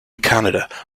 canada